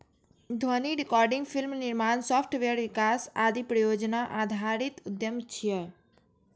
ध्वनि recording, film निर्माण, software विकास आदि परियोजना आधारित उद्यम छियै